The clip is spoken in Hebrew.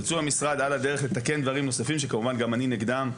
ירצו המשרד על הדרך לתקן דברים נוספים שכמובן גם אני נגדם.